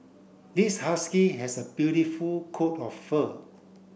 this husky has a beautiful coat of fur